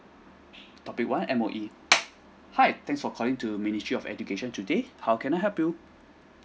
topic one M_O_E hi thanks for calling to ministry of education today how can I help you